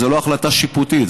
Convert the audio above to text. זה לא החלטה שיפוטית,